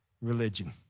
Religion